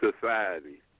society